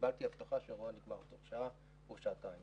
וקיבלתי הבטחה שהאירוע נגמר בתוך שעה או שעתיים.